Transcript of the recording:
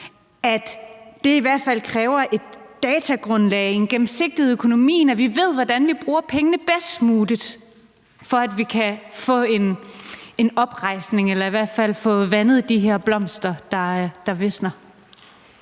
at det i hvert fald kræver et datagrundlag og en gennemsigtighed i økonomien, altså at vi ved, hvordan vi bruger pengene bedst muligt, for at vi kan få en oprejsning eller i hvert fald få vandet de her blomster, der visner.